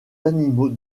d’animaux